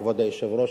כבוד היושב-ראש,